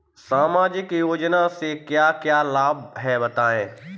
सामाजिक योजना से क्या क्या लाभ हैं बताएँ?